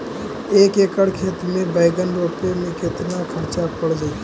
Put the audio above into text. एक एकड़ खेत में बैंगन रोपे में केतना ख़र्चा पड़ जितै?